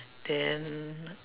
then